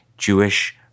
jewish